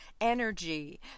energy